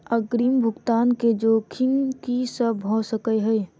अग्रिम भुगतान केँ जोखिम की सब भऽ सकै हय?